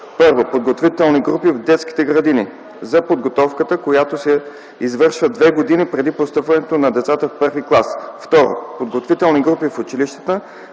в: 1. подготвителни групи в детските градини – за подготовката, която се извършва две години преди постъпването на децата в първи клас; 2. подготвителни групи в училищата